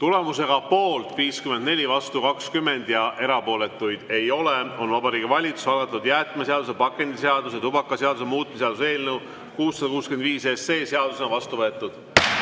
Tulemusega poolt 54, vastu 20 ja erapooletuid ei ole, on Vabariigi Valitsuse algatatud jäätmeseaduse, pakendiseaduse ja tubakaseaduse muutmise seaduse eelnõu 665 seadusena vastu võetud.